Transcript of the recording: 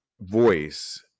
voice